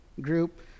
group